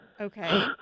okay